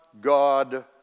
God